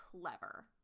clever